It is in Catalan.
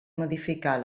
modificar